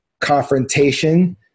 confrontation